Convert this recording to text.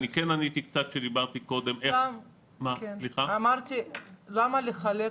כן עניתי קצת כשדיברתי קודם --- אמרתי למה לחלק